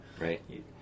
Right